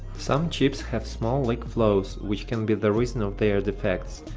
some chips have small leak flows which can be the reason of their defects,